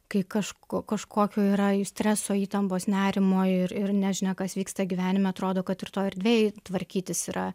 kai kažk kažkokio yra streso įtampos nerimo ir ir nežinia kas vyksta gyvenime atrodo kad ir toj erdvėj tvarkytis yra